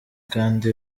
kandi